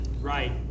Right